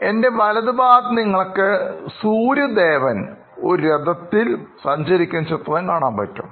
എൻറെ വലതുഭാഗത്ത് നിങ്ങൾക്ക് സൂര്യദേവൻ ഒരു രഥത്തിൽ സഞ്ചരിക്കുന്ന ചിത്രം കാണാൻ പറ്റും